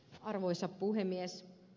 arvoisa puhemies